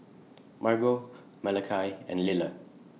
Margot Malachi and Liller